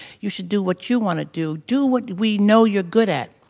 you should do what you want to. do do what we know you're good at.